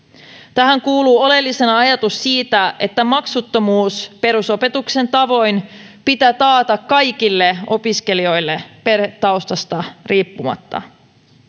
tähän kuuluu oleellisena ajatus siitä että maksuttomuus perusopetuksen tavoin pitää taata kaikille opiskelijoille perhetaustasta riippumatta